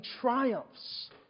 triumphs